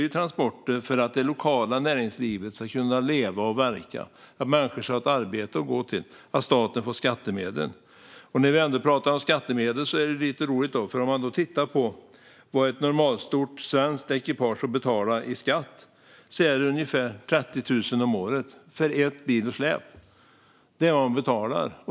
Dessa transporter utförs så att det lokala näringslivet kan leva och verka, så att människor har ett arbete att gå till och så att staten får skattemedel. När vi ändå pratar om skattemedel är det lite roligt: Ett normalstort svenskt ekipage betalar ungefär 30 000 om året i skatt för en bil och ett släp.